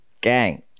gang